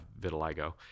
vitiligo